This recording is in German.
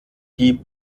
die